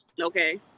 Okay